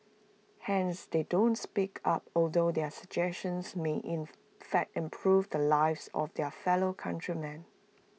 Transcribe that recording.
hence they don't speak up although their suggestions may in fact improve the lives of their fellow countrymen